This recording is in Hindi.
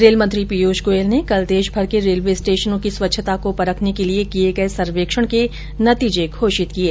रेलमंत्री पीयूष गोयल ने कल देशभर के रेलवे स्टेशनों की स्वच्छता को परखने के लिये किये गये सर्वेक्षण के नतीजे घोषित किये